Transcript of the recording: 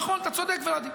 נכון, אתה צודק ולדי.